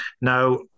Now